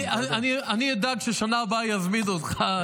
אני אדאג שבשנה הבאה יזמינו אותך,